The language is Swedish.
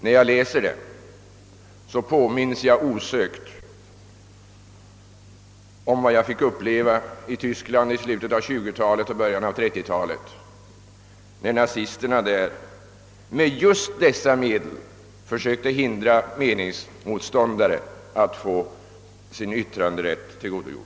När jag läser den påminns jag osökt om vad jag fick uppleva i Tyskland i slutet av 1920-talet och i början av 1930-talet, när nazisterna med just dessa medel försökte hindra meningsmotståndare att få sin yttranderätt utnyttjad.